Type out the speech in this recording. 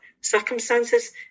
circumstances